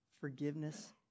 Forgiveness